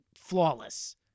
flawless